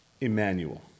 Emmanuel